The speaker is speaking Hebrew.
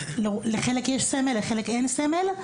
לחלק יש סמל ולחלק אין סמל.